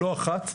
לא אחת,